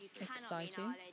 Exciting